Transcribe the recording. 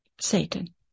Satan